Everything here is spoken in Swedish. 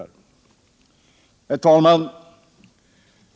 Herr talman!